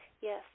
Yes